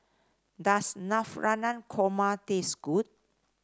does Navratan Korma taste good